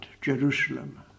Jerusalem